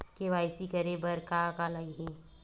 KYC करे बर का का लगही?